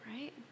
right